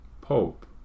Pope